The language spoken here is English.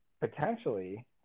potentially